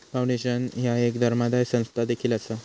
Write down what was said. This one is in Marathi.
फाउंडेशन ह्या एक धर्मादाय संस्था देखील असा